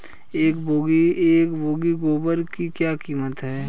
एक बोगी गोबर की क्या कीमत है?